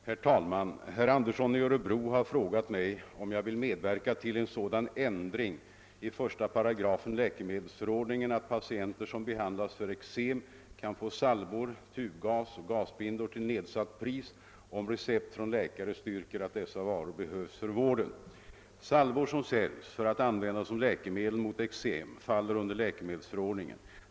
Herr talman! Herr Andersson i öÖörebro har frågat mig om jag vill medverka till en sådan ändring i 1 8 läkemedelsförordningen att patienter som behandlas för eksem kan få salvor, tubgas och gasbindor till nedsatt pris, om recept från läkare styrker att dessa varor behövs för vården. Salvor som säljs för att användas som läkemedel mot eksem faller under läkemedelsförordningen.